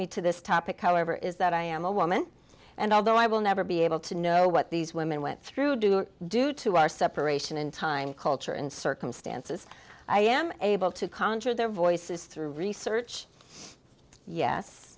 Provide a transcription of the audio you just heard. me to this topic however is that i am a woman and although i will never be able to know what these women went through doing due to our separation in time culture and circumstances i am able to conjure their voices through research yes